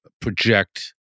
project